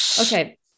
Okay